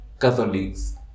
Catholics